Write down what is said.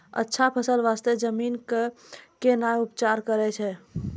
अच्छा फसल बास्ते जमीन कऽ कै ना उपचार करैय छै